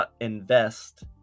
invest